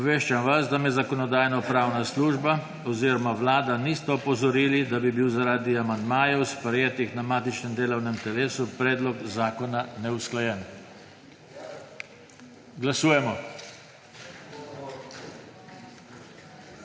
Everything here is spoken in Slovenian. Obveščam vas, da me Zakonodajno-pravna služba oziroma Vlada nista opozorili, da bi bil zaradi amandmajev, sprejetih na matičnem delovnem telesu, predlog zakona neusklajen. Glasujemo.